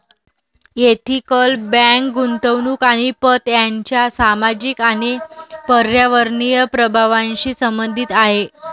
ethical bank गुंतवणूक आणि पत यांच्या सामाजिक आणि पर्यावरणीय प्रभावांशी संबंधित आहे